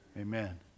Amen